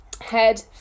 head